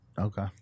Okay